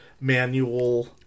manual